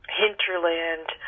hinterland